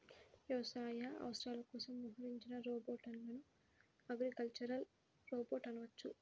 వ్యవసాయ అవసరాల కోసం మోహరించిన రోబోట్లను అగ్రికల్చరల్ రోబోట్ అనవచ్చు